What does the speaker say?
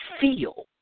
feel